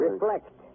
Reflect